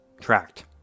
tracked